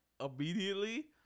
immediately